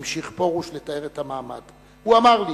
המשיך פרוש לתאר את המעמד, הוא אמר לי: